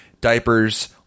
Diapers